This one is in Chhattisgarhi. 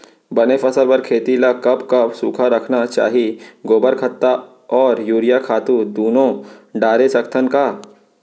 बने फसल बर खेती ल कब कब सूखा रखना चाही, गोबर खत्ता और यूरिया खातू दूनो डारे सकथन का?